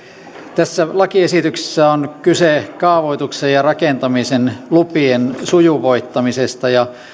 tässä lakiesityksessä on kyse kaavoituksen ja rakentamisen lupien sujuvoittamisesta ja